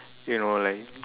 you know like